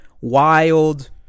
wild